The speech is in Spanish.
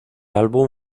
álbum